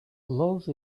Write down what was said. love